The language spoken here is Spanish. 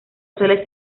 suele